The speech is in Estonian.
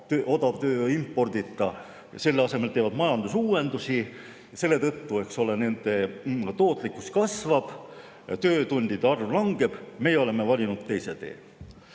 odava tööjõu impordita ja selle asemel teevad majandusuuendusi. Selle tõttu, eks ole, nende tootlikkus kasvab, töötundide arv langeb. Meie oleme valinud teise tee.